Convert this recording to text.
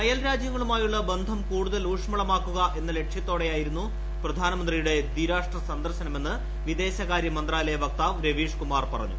അയൽ രാജ്യങ്ങളുമായുള്ള ബന്ധം കൂടുതൽ ഊഷ്മളമാക്കുക എന്ന ലക്ഷ്യത്തോടെയായിരുന്നു പ്രധാനമന്ത്രിയുടെ ദ്വിരാഷ്ട്ര സന്ദർശനമെന്ന് വിദേശകാര്യമന്ത്രാലയ വക്താവ് രവീഷ് കുമാർ പറഞ്ഞു